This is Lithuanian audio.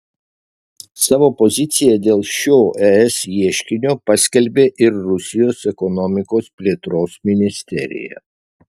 savo poziciją dėl šio es ieškinio paskelbė ir rusijos ekonomikos plėtros ministerija